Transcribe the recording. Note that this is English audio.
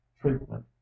treatment